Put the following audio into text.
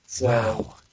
Wow